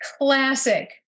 classic